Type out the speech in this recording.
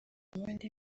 buhinde